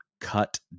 cut